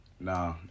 nah